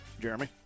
Jeremy